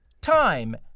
time